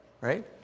right